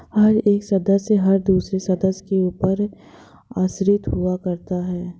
हर एक सदस्य हर दूसरे सदस्य के ऊपर आश्रित हुआ करता है